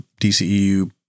DCEU